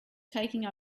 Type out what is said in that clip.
taking